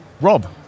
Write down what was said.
Rob